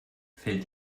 fällt